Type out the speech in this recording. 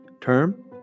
term